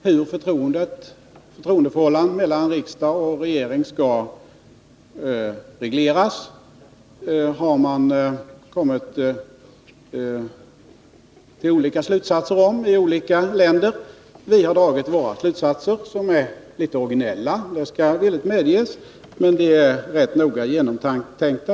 Hur förtroendeförhållandet mellan riksdag och regering skall regleras har man kommit fram till olika slutsatser om i olika länder. Vi har dragit våra slutsatser, som är litet originella — det skall villigt medges. Men de är rätt noga genomtänkta.